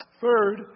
Third